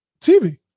TV